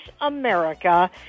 America